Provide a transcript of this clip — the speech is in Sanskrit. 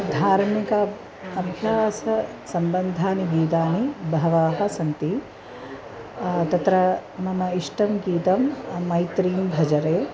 धार्मिक अब् अभ्याससम्बन्धानि गीतानि बहवः सन्ति तत्र मम इष्टं गीतं मैत्रीं भजरे